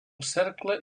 cercle